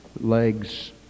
legs